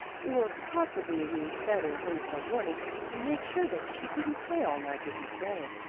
or possibly we'd better wait till morning and make sure that she didn't stay all night with miss day.